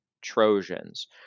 Trojans